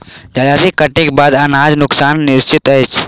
जजाति कटनीक बाद अनाजक नोकसान निश्चित अछि